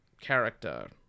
character